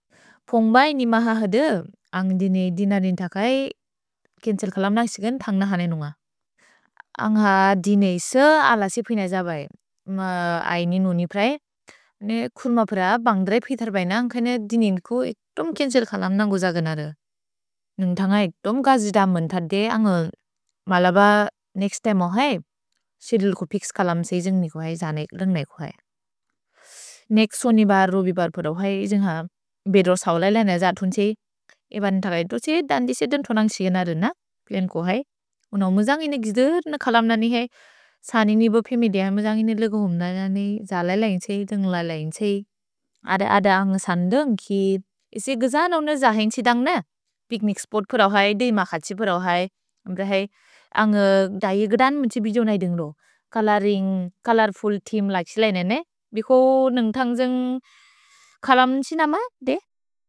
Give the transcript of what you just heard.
पोन्ग्बै निमह हदु अन्ग् दिनेइ दिन दिन्तकै केन्त्सेल् कलम् नक्सिगन् थन्ग् नहने नुन्ग। अन्ग् हा दिनेइ से अलसिपिनेज बै। म ऐनि नुनि प्रए। ने खुर्म प्रा बन्ग्द्रैप् हितर् बैन अन्ग् कैने दिनेइ इक्तोम् केन्त्सेल् कलम् नन्गुजगन र। नुन्ग् थन्ग इक्तोम् गज्द मन् थदे। अन्ग् मलब नेक्स्त् तिमे ओ है। सेदिल् को पिक्स् कलम् से इजन्ग् निकु है। जनैक् लनैक् ओ है। नेक् सोनिबर् रोबिबर् प्रौ है। इजन्ग् हा बेद्रो सव्ल इलन जतुन् त्से। इबन् थग इतो त्से दन्दि सेतन् तोनन्ग् सिगन रन। पिअन् को है। उनवमु जन्गिन गिज्द कलम् ननि है। सनि निपोपे मेदिअ म जन्गिन लगो हुम्दन जनेइ। जलैल इलन्ग् त्से। अद अद अन्ग् सन्दोन्ग् कि। इसे गिजन ओन जहैन् त्से दन्ग् न। पिक्निक् स्पोत् प्रौ है। दिम खत्से प्रौ है। अम्द्र है। अन्ग् दैगदन् मन् त्से बिजो इलन इदुन्ग्रो। छोलोरिन्ग्, चोलोर्फुल् तेअम् लिके सिलेनेइ ने। भिको नन्ग् तन्ग् जन्ग् कलम् सिनम दे।